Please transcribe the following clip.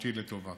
משמעותית לטובה